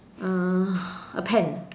uh a pen